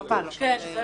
לא טוב, לא טוב.